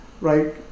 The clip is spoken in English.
Right